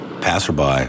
Passerby